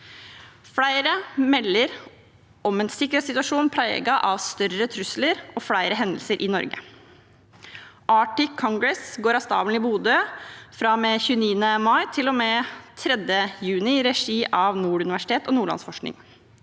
Flere melder om en sikkerhetssituasjon preget av større trusler og flere hendelser i Norge. Arctic Congress går av stabelen i Bodø fra 29. mai til 3. juni, i regi av Nord universitet og Nordlandsforskning.